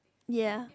ya